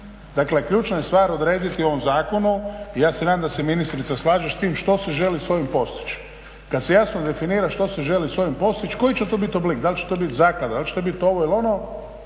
Dakle, ključna je stvar odrediti u ovom zakonu i ja se nadam da se ministrica slaže s tim što se želi s ovim postići. Kad se jasno definira što se želi s ovim postići koji će to biti oblik? Da li će to biti zaklada, da li će to biti ovo ili ono